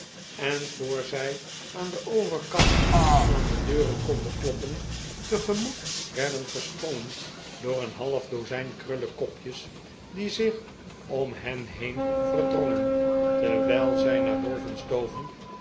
behoorde voor zij aan den overkant aan de deuren konden kloppen tegemoet werden gesprongen door een half dozijn krullekopjes die zich om hen heen verdrongen terwijl zij naar boven stoven